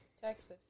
Texas